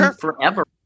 forever